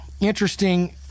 interesting